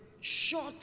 short